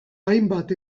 hainbat